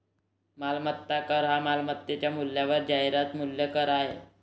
मालमत्ता कर हा मालमत्तेच्या मूल्यावरील जाहिरात मूल्य कर आहे